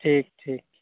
ᱴᱷᱤᱠ ᱴᱷᱤᱠ